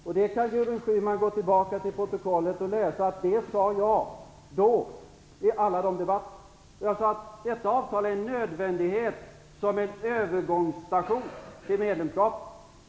Gudrun Schyman kan gå tillbaka till protokollet och läsa att jag tidigare i alla sådana här debatter sade att detta avtal är en nödvändighet som en övergångsstation till medlemskapet.